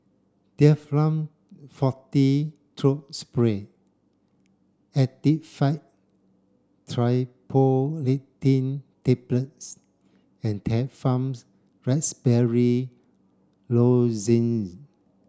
Difflam Forte Throat Spray Actifed Triprolidine Tablets and Difflam Raspberry Lozenge